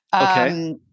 Okay